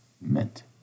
meant